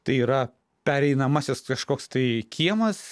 tai yra pereinamasis kažkoks tai kiemas